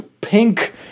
pink